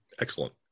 Excellent